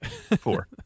Four